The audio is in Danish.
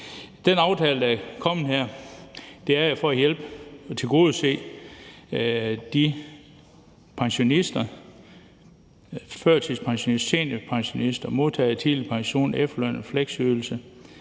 Den aftale, der er kommet her, har til formål at hjælpe og tilgodese pensionister, førtidspensionister, seniorpensionister, modtagere af tidlig pension, efterløn, fleksydelse,